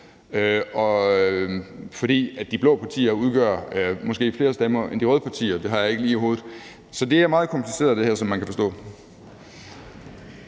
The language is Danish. De blå partier udgør måske flere stemmer end de røde partier – det har jeg ikke lige i hovedet. Så det her er meget kompliceret, som man kan forstå.